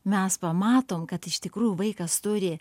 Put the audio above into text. mes pamatom kad iš tikrųjų vaikas turi